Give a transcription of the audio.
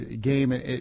game